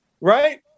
right